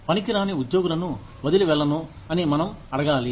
పనికిరాని ఉద్యోగులను వదిలి వెళ్ళను అని మనం అడగాలి